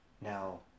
now